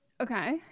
Okay